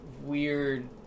weird